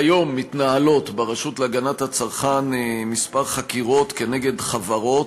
כיום מתנהלות ברשות להגנת הצרכן כמה חקירות כנגד חברות,